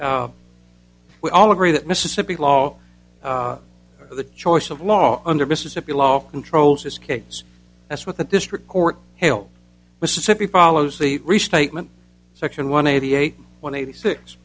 so we all agree that mississippi law the choice of law under mississippi law controls escapes that's what the district court held mississippi follows the restatement section one eighty eight one eighty six